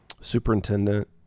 superintendent